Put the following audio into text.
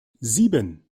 sieben